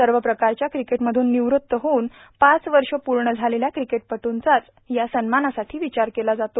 सर्व प्रकारच्या क्रिकेटमधून निवृत्त होऊन पाच वर्श पूर्ण झालेल्या क्रिकेटपटूंचाच या सन्मानासाठी विचार केला जातो